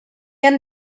han